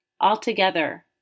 Altogether